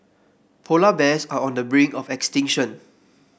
polar bears are on the brink of extinction